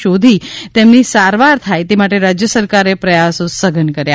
શોધઈ તેમની સારવાર થાય તે માટે રાજ્ય સરકારે પ્રયાસો સઘન કર્યા